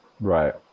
right